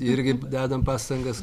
irgi dedam pastangas